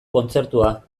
kontzertua